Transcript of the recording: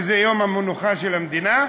שזה יום המנוחה של המדינה,